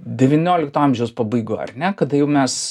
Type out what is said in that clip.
devyniolikto amžiaus pabaigoj ar ne kada jau mes